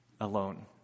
alone